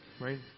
right